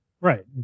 Right